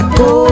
go